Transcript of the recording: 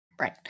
Right